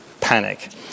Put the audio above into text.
panic